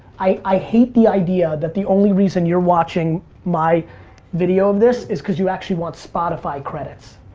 i hate the idea that the only reason you're watching my video of this, is cause you actually want spotify credits.